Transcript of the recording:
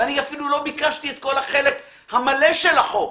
ואני אפילו לא ביקשתי את כל החלק המלא של החוק,